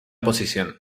posición